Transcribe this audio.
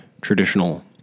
traditional